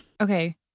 Okay